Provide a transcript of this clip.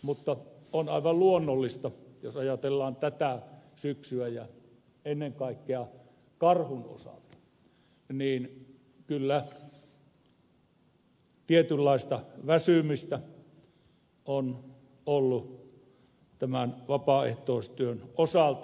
mutta on aivan luonnollista jos ajatellaan tätä syksyä ja ennen kaikkea karhun osalta niin kyllä tietynlaista väsymistä on ollut tämän vapaaehtoistyön osalta